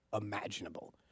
imaginable